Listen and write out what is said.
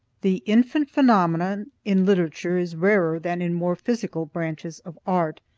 the infant phenomenon in literature is rarer than in more physical branches of art,